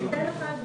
לא, אין הלימה.